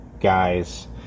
guys